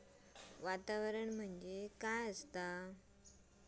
वातावरण म्हणजे काय असा?